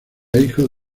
hijo